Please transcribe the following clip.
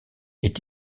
est